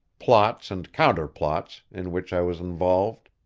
plots and counterplots, in which i was involved.